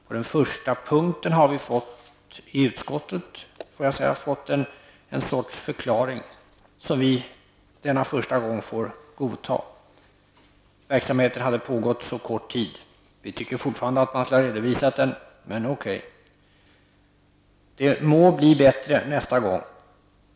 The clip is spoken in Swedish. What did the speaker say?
På den första punkten har vi i utskottet fått en sorts förklaring, som vi denna första gång får godta. Verksamheten hade pågått så kort tid. Vi tycker fortfarande att man skulle ha redovisat den, men okej. Det må bli bättre nästa gång.